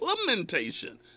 implementation